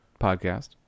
podcast